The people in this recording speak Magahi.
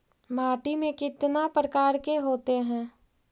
माटी में कितना प्रकार के होते हैं?